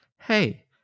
Hey